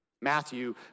Matthew